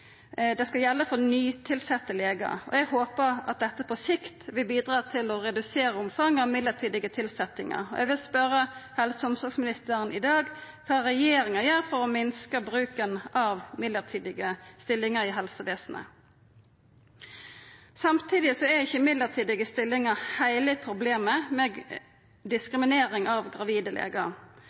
Det skal gjelda for nytilsette legar. Eg håpar at dette på sikt vil bidra til å redusera omfanget av midlertidige tilsetjingar. Eg vil spørja helse- og omsorgsministeren i dag om kva regjeringa gjer for å minska bruken av midlertidige stillingar i helsevesenet. Samtidig er ikkje midlertidige stillingar heile problemet med diskriminering av gravide